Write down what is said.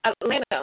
Atlanta